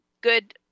good